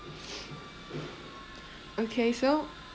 okay so